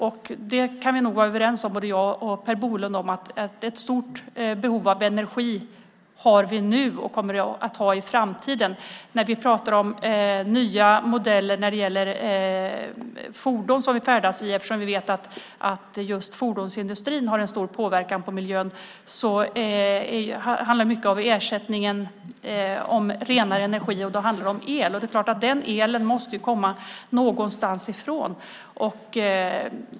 Vi kan vara överens, Per Bolund och jag, om att vi har ett stort behov av energi nu och kommer att ha i framtiden. När vi pratar om nya modeller för fordon som vi färdas i - vi vet att just fordonsindustrin har en stor påverkan på miljön - handlar det mycket om ersättningen, om renare energi. Och då handlar det om el, och den elen måste komma någonstans ifrån.